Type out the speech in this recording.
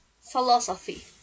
philosophy